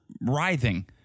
writhing